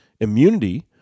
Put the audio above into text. Immunity